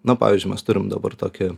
na pavyzdžiui mes turim dabar tokią